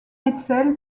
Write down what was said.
hetzel